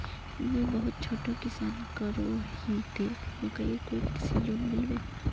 मुई बहुत छोटो किसान करोही ते मकईर कोई कृषि लोन मिलबे?